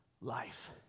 life